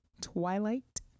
Twilight